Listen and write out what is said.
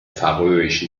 färöischen